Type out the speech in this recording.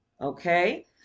okay